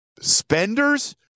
Spenders